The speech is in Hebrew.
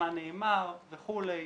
מה נאמר וכולי,